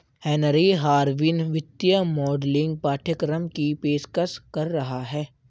Henry Harvin वित्तीय modelling पाठ्यक्रम की पेशकश कर रहा हैं